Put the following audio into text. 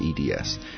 EDS